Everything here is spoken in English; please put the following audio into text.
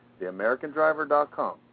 theamericandriver.com